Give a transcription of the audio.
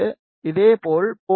இதேபோல் போர்ட் 3 இல் மீண்டும் 3